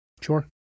Sure